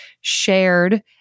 shared